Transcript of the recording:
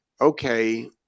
okay